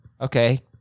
Okay